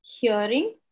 hearing